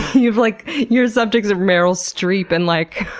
your like your subjects are meryl streep in, like,